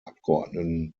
abgeordneten